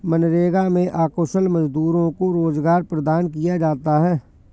मनरेगा में अकुशल मजदूरों को रोजगार प्रदान किया जाता है